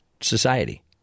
society